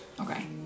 Okay